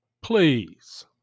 please